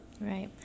right